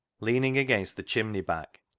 leaning against the chimney back,